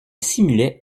simulait